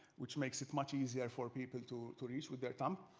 which makes it much easier for people to to reach with their thumb.